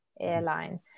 airline